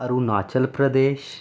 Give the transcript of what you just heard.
Arunachal Pradesh